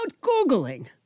Googling